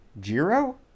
Jiro